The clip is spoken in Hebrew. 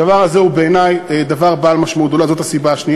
הדבר הזה הוא בעיני דבר בעל משמעות גדולה.